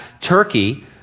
Turkey